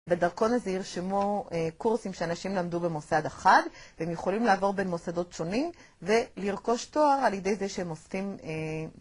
בדרכון הזה ירשמו קורסים שאנשים למדו במוסד אחד, והם יכולים לעבור בין מוסדות שונים, ולרכוש תואר על ידי זה שהם עושים אה..